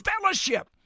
fellowship